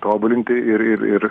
tobulinti ir ir ir